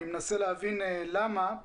אני מנסה להבין למה.